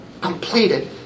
completed